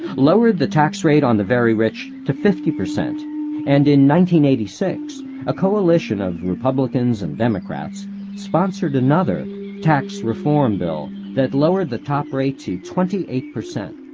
lowered the tax rate on the very rich to fifty percent and in one six a coalition of republicans and democrats sponsored another tax reform bill that lowered the top rate to twenty eight percent.